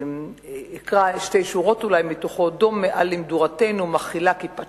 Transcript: אקרא אולי שתי שורות מתוכו: "דום מעל למדורתנו/ מכחילה כיפת